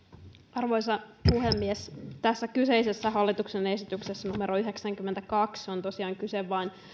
arvoisa puhemies tässä kyseisessä hallituksen esityksessä numero yhdeksänkymmentäkaksi on tosiaan kyse vain